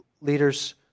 Leaders